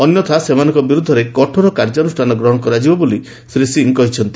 ଅନ୍ୟଥା ସେମାନଙ୍କ ବିର୍ଦ୍ଧରେ କଠୋର କାର୍ଯ୍ୟାନୁଷ୍ଠାନ ଗ୍ରହଣ କରାଯିବ ବୋଲି ଶ୍ରୀ ସିଂ କହିଛନ୍ତି